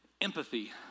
Empathy